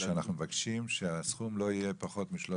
שאנחנו מבקשים שהסכום לא יהיה פחות מ-300.